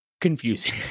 confusing